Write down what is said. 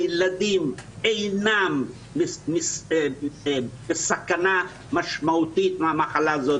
הילדים אינם בסכנה משמעותית מהמחלה הזאת.